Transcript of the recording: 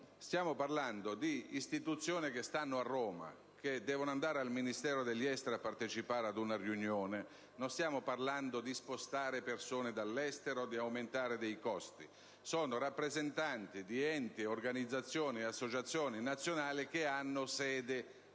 in sostanza, di istituzioni che stanno a Roma e che devono andare al Ministero degli esteri per partecipare ad una riunione; non stiamo parlando di spostare persone dall'estero o di aumentare dei costi. Si tratta di rappresentanti di enti, organizzazioni e associazioni nazionali che hanno sede